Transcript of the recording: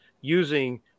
using